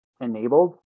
enabled